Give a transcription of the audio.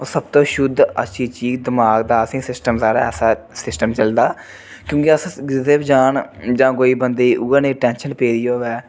सबतु शुद्ध अच्छी चीज़ दमाग दा असेंगी सिस्टम सारा ऐसा सिस्टम चलदा क्योंकि अस किसे दे बी जान जां कोई बंदे गी उ'ऐ नेही टेंशन पेदी होवै